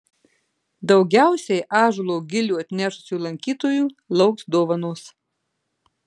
daugiausiai ąžuolo gilių atnešusių lankytojų lauks dovanos